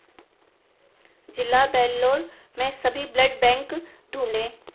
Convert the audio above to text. जिला वेल्लोर में सभी ब्लड बैंक ढूँढें